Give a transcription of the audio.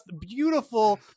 beautiful